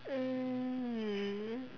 um